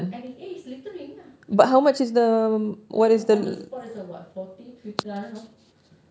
at the end it's littering lah I don't know on the spot is a forty fifty I don't know